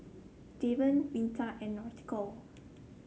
Deven Vita and Nautica